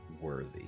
worthy